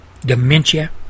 Dementia